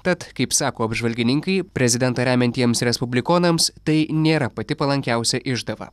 tad kaip sako apžvalgininkai prezidentą remiantiems respublikonams tai nėra pati palankiausia išdava